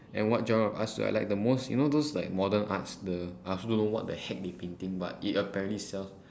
and what genre of arts do I like the most you know those like modern arts the I also don't know what the heck they painting but it apparently sells